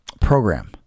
program